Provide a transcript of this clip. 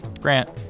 Grant